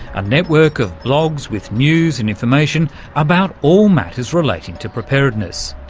a network of blogs with news and information about all matters relating to preparedness.